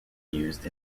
used